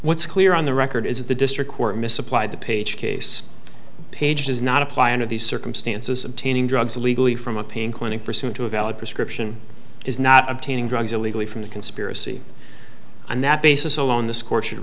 what's clear on the record is that the district court misapplied the page case page does not apply under these circumstances obtaining drugs illegally from a pain clinic pursuant to a valid prescription is not obtaining drugs illegally from the conspiracy on that basis alone the score should